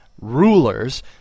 Rulers